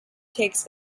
takes